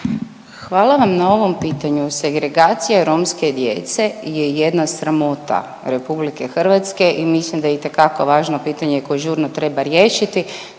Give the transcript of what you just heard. Hvala vam na ovom pitanju. Segregacija romske djece je jedna sramota RH i mislim da je itekako važno pitanje koje žurno treba riješiti.